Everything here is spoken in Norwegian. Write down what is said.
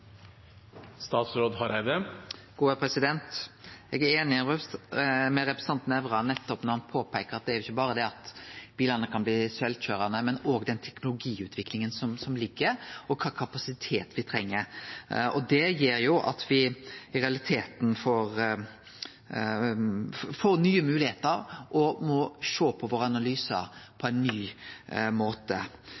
i veiplanleggingen? Eg er einig med representanten Nævra nettopp når han peikar på at dette ikkje berre gjeld det at bilane kan bli sjølvkøyrande, men òg den teknologiutviklinga som ligg føre, og kva kapasitet me treng. Det gjer at me i realiteten får nye moglegheiter og må sjå på analysane våre på